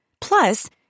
Plus